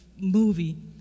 movie